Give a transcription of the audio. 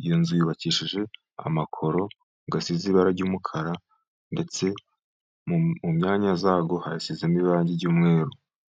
iyo nzu yubakishije amakoro asize ibara ry'umukara ndetse mu myanya zabwo hasizemo irangi ry'umweru.